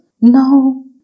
No